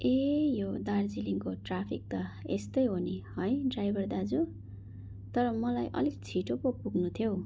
ए यो दार्जिलिङको ट्राफिक त यस्तै हो नि है ड्राइभर दाजु तर मलाई अलिक छिटो पो पुग्नु थियो हौ